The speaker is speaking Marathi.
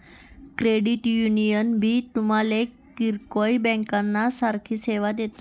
क्रेडिट युनियन भी तुमले किरकोय ब्यांकना सारखी सेवा देस